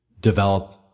develop